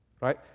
right